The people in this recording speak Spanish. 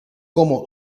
como